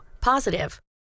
positive